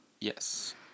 Yes